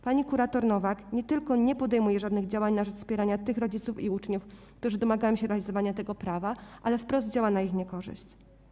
Pani kurator Nowak nie tylko nie podejmuje żadnych działań na rzecz wspierania tych rodziców i uczniów, którzy domagają się realizowania tego prawa, ale wprost działa na ich niekorzyść.